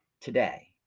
today